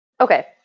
Okay